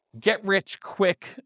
get-rich-quick